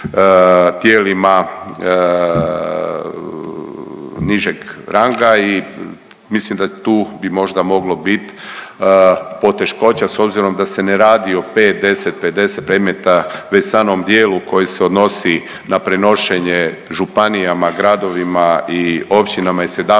tijelima nižeg ranga i mislim da tu bi možda moglo bit poteškoća s obzirom da se ne radi o 5, 10, 50 predmeta, već samo u dijelu koji se odnosi na prenošenje županijama, gradovima i općinama i 17